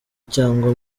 cyangwa